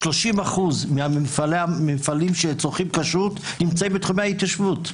30% מהמפעלים שצורכים כשרות נמצאים בתחומי ההתיישבות.